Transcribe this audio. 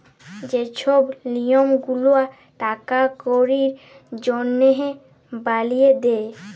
যে ছব লিয়ম গুলা টাকা কড়ির জনহে বালিয়ে দে